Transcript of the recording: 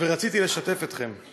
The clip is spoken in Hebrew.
ורציתי לשתף אתכם.